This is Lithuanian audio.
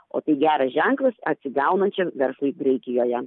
o tai geras ženklas atsigaunančiam verslui graikijoje